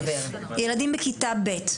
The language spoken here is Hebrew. ילדים בכיתה ב',